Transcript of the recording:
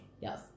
Yes